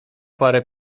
parę